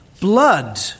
Blood